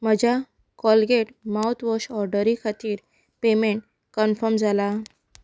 म्हज्या Colgate mouthwash ऑडरी खातीर पेमॅण कन्फम जाला